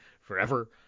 forever